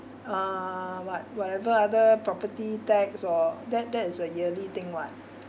uh what whatever other property tax or that that is a yearly thing [what]